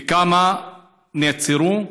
וכמה נעצרו?